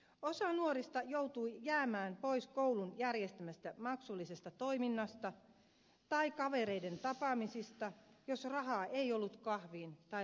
osa nuorista joutui jäämään pois koulun järjestämästä maksullisesta toiminnasta tai kavereiden tapaamisista jos rahaa ei ollut kahviin tai leffalippuihin